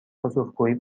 پاسخگویی